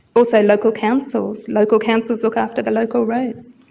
also local councils. local councils look after the local roads.